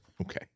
Okay